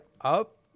up